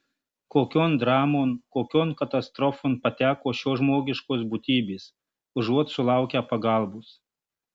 kokion dramon kokion katastrofon pateko šios žmogiškos būtybės užuot sulaukę pagalbos